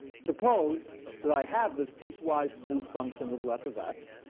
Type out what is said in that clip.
suppose that i have this piecewise smooth function little f of x.